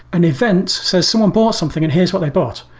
an event, so someone bought something and here's what they bought.